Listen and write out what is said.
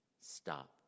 Stop